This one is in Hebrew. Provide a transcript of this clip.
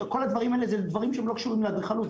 כל הדברים האלה זה דברים שלא קשורים לאדריכלות.